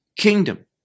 kingdom